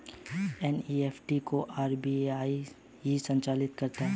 NEFT को RBI ही संचालित करता है